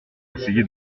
essayé